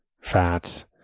fats